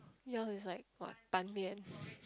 yours is like what Ban-Mian